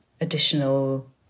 additional